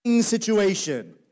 situation